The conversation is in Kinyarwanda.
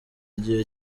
gihugu